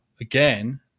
again